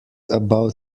about